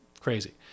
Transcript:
Crazy